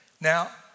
Now